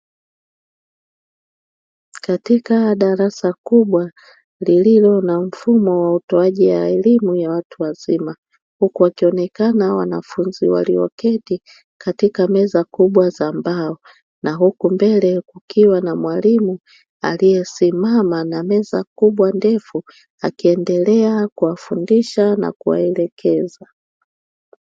Katika darasa kubwa lililo na mfumo wa utoaji wa elimu ya watu wazima huku wakionekana wanafunzi walioketi katika meza kubwa za mbao, na huku mbele kukiwa na mwalimu aliyesimama na meza kubwa ndefu akiendelea kuwafundisha na kuwaelekeza.